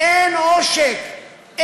אין עושק,